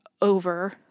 over